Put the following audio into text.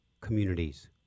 Communities